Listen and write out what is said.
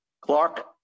Clark